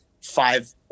five –